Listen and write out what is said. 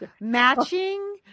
Matching